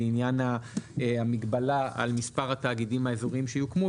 לעניין המגבלה על מספר התאגידים האזוריים שיוקמו,